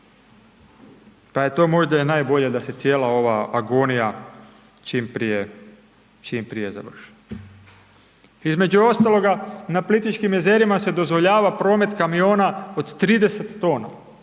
pa je to možda i najbolje da se cijela ova agonija čim prije završi. Između ostaloga, na Plitvičkim jezerima se dozvoljava promet kamiona od 30 tona,